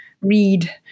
read